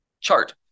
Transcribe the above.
chart